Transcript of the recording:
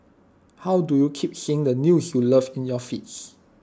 how do you keep seeing the news you love in your feeds